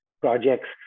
projects